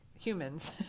humans